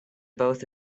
both